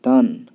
तान्